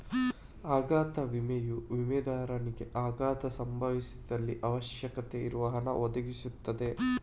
ಅಪಘಾತ ವಿಮೆಯು ವಿಮೆದಾರನಿಗೆ ಅಪಘಾತ ಸಂಭವಿಸಿದಲ್ಲಿ ಅವಶ್ಯಕತೆ ಇರುವ ಹಣ ಒದಗಿಸ್ತದೆ